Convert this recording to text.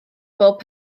bob